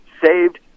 saved